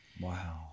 Wow